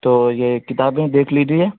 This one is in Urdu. تو یہ کتابیں دیکھ لیجیے